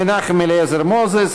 מנחם אליעזר מוזס,